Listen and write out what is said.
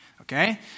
okay